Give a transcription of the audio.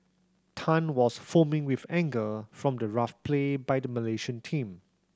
Tan was foaming with anger from the rough play by the Malaysian team